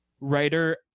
writer